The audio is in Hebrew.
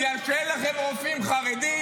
בגלל שאין לכם רופאים חרדים?